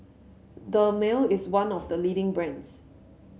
Dermale is one of the leading brands